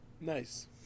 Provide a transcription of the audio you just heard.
Nice